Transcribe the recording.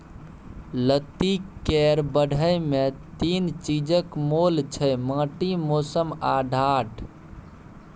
लत्ती केर बढ़य मे तीन चीजक मोल छै माटि, मौसम आ ढाठ